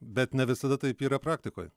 bet ne visada taip yra praktikoj